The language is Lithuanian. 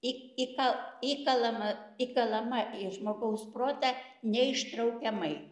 į į ka įkalama įkalama į žmogaus protą neištraukiamai